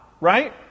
Right